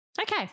Okay